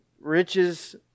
riches